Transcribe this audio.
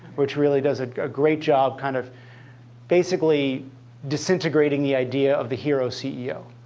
which really does a great job kind of basically disintegrating the idea of the hero ceo.